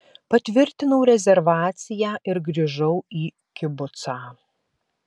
patvirtinau rezervaciją ir grįžau į kibucą